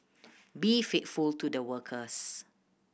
be faithful to the workers